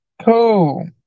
Cool